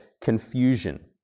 confusion